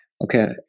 okay